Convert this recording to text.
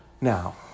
Now